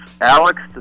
Alex